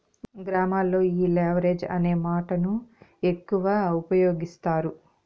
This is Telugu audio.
గ్రామాల్లో ఈ లెవరేజ్ అనే మాటను ఎక్కువ ఉపయోగిస్తారు